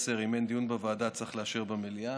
31),